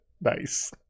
Nice